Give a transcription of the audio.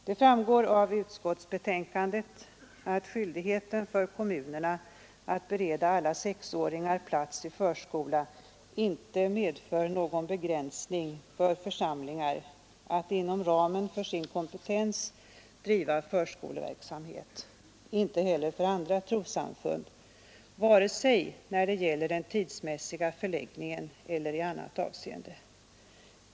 Det framgår av utskottsbetänkandet att skyldigheten för kommunerna att bereda alla sexåringar plats i förskola inte medför någon begränsning för församlingar att inom ramen för sin kompetens driva förskoleverksamhet, inte heller för andra trossamfund vare sig när det gäller den tidsmässiga förläggningen eller i annat avseende.